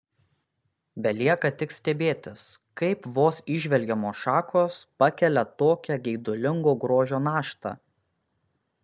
belieka tik stebėtis kaip vos įžvelgiamos šakos pakelia tokią geidulingo grožio naštą